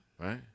Right